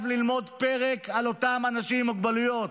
ללמוד פרק על אותם אנשים עם מוגבלויות.